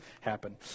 happen